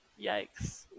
yikes